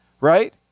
right